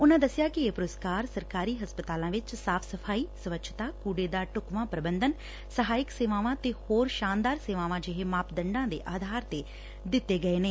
ਉਨਾਂ ਦੱਸਿਆ ਕਿ ਇਹ ਪੁਰਸਕਾਰ ਸਰਕਾਰੀ ਹਸਪਤਾਲਾਂ ਵਿਚ ਸਾਫ ਸਫਾਈ ਸਵੱਛਤਾ ਕੁੜੇ ਦਾ ਢੁਕਵਾਂ ਪ੍ਰਬੰਧਨ ਸਹਾਇਕ ਸੇਵਾਵਾਂ ਤੇ ਹੋਰ ਸ਼ਾਨਦਾਰ ਸੇਵਾਵਾਂ ਜਿਹੇ ਮਾਪਦੰਡਾਂ ਦੇ ਆਧਾਰ ਤੇ ਦਿੱਤੇ ਗਏ ਨੇ